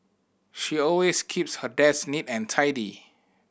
she always keeps her desk neat and tidy